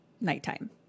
nighttime